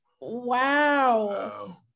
wow